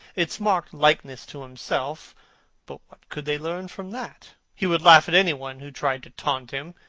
its marked likeness to himself but what could they learn from that? he would laugh at any one who tried to taunt him.